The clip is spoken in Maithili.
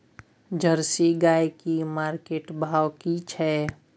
जर्सी गाय की मार्केट भाव की छै?